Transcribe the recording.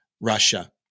Russia